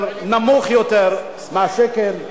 נמוך יותר מהשקל.